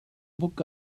book